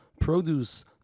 produce